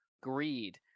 greed